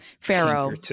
Pharaoh